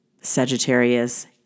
Sagittarius